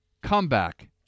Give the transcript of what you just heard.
comeback